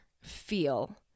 feel